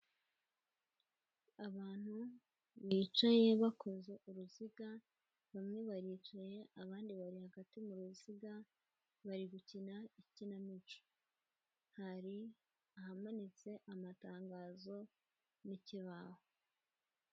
Abantu bicaye bakoze uruziga. Bamwe baricaye, abandi bari hagati mu ruziga, bari gukina ikinamico. Hari ahamanitse amatangazo n'ikibaho.